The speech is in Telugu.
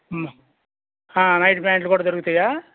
నైట్ ప్యాంట్లు కూడా దొరుకుతాయా